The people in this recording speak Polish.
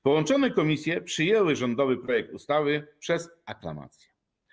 Połączone komisje przyjęły rządowy projekt ustawy przez aklamację.